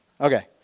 Okay